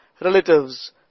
relatives